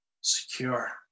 secure